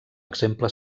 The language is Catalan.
exemple